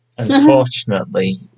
Unfortunately